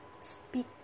speak